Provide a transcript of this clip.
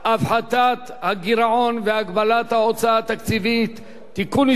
הפחתת הגירעון והגבלת ההוצאה התקציבית (תיקון מס'